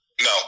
No